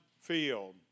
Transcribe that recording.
field